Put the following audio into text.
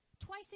Twice